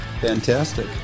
Fantastic